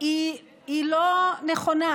לא נכונה,